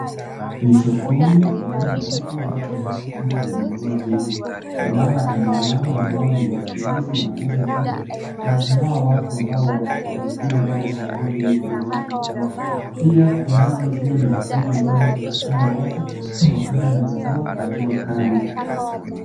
Ni sokoni, mahali ambapo watu huja kununua vitu. Kuna hawa kina mama ambao ni wachuuzi wanauza vitu na kuna hawa watu ambao wamekuja pale sokoni Ili kuweza kununua. Pia kunazo zile miavuli ambazo zinakinga watu kutokana na mvua na jua Kali.